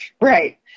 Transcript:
Right